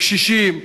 קשישים,